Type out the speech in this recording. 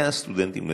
100 סטודנטים לרפואה.